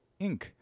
Inc